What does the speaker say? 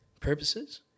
purposes